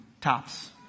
tops